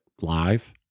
live